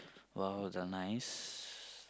!wow! the nice